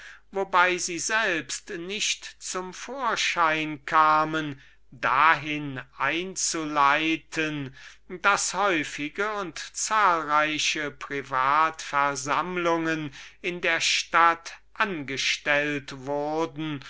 wobei sie selbst nicht zum vorschein kamen dahin einzuleiten daß häufige und zahlreiche privat versammlungen in der stadt angestellt wurden